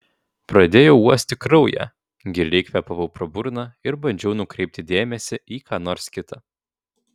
pradėjau uosti kraują giliai kvėpavau pro burną ir bandžiau nukreipti dėmesį į ką nors kita